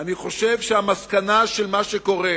אני חושב שהמסקנה של מה שקורה,